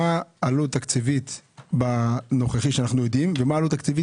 מה העלות התקציבית בנוכחי שאנחנו יודעים ומה העלות התקציבית